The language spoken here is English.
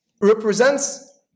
represents